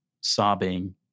sobbing